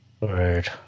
Right